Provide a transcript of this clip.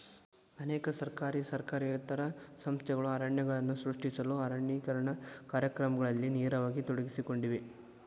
ಅನೇಕ ಸರ್ಕಾರಿ ಸರ್ಕಾರೇತರ ಸಂಸ್ಥೆಗಳು ಅರಣ್ಯಗಳನ್ನು ಸೃಷ್ಟಿಸಲು ಅರಣ್ಯೇಕರಣ ಕಾರ್ಯಕ್ರಮಗಳಲ್ಲಿ ನೇರವಾಗಿ ತೊಡಗಿಸಿಕೊಂಡಿವೆ